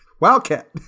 Wildcat